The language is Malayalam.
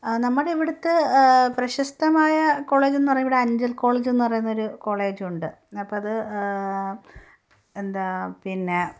നമ്മുടെ ഇവിടുത്തെ പ്രശസ്തമായ കോളേജെന്നു പറയുന്നത് ഇവിടെ അഞ്ചൽ കോളേജെന്നു പറയുന്നൊരു കോളേജുണ്ട് അപ്പം അത് എന്താ പിന്നെ